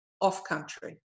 off-country